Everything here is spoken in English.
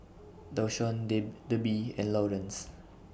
Dashawn Debi and Laurence